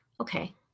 okay